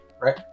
right